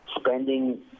Spending